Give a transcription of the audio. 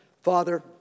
Father